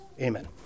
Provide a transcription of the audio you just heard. Amen